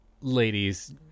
ladies